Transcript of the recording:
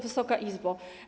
Wysoka Izbo!